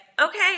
okay